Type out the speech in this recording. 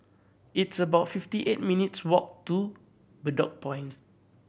it's about fifty eight minutes' walk to Bedok Points